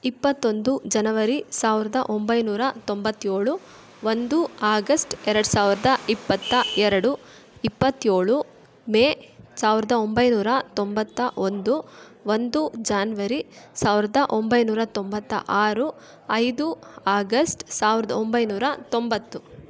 ಇಪ್ಪತ್ತೊಂದು ಜನವರಿ ಸಾವಿರದ ಒಂಬೈನೂರ ತೊಂಬತ್ತೇಳು ಒಂದು ಆಗಸ್ಟ್ ಎರಡು ಸಾವಿರದ ಇಪ್ಪತ್ತ ಎರಡು ಇಪ್ಪತ್ತೇಳು ಮೇ ಸಾವಿರದ ಒಂಬೈನೂರ ತೊಂಬತ್ತ ಒಂದು ಒಂದು ಜಾನ್ವರಿ ಸಾವಿರದ ಒಂಬೈನೂರ ತೊಂಬತ್ತ ಆರು ಐದು ಆಗಸ್ಟ್ ಸಾವಿರದ ಒಂಬೈನೂರ ತೊಂಬತ್ತು